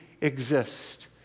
exist